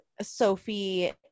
Sophie